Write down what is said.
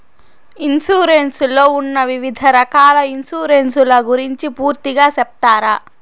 Insurance లో ఉన్న వివిధ రకాల ఇన్సూరెన్సు ల గురించి పూర్తిగా సెప్తారా?